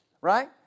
Right